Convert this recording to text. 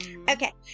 Okay